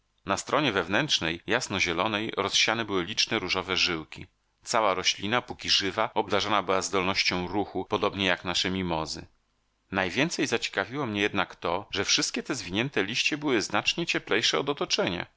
na stronie wewnętrznej jasno zielonej rozsiane były liczne różowe żyłki cała roślina póki żywa obdarzona była zdolnością ruchu podobnie jak nasze mimozy najwięcej zaciekawiło mnie jednak to że wszystkie te zwinięte liście były znacznie cieplejsze od otoczenia